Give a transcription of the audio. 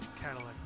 Cadillac